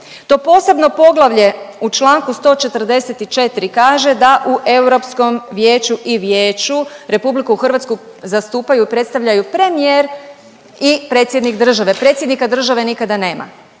To posebno poglavlje u čl. 144. kaže da u Europskom vijeću i Vijeću RH zastupaju i predstavljaju premijer i predsjednik države, predsjednika države nikada nema,